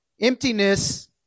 Emptiness